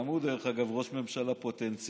גם הוא, דרך אגב, ראש ממשלה פוטנציאלי,